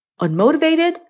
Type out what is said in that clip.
unmotivated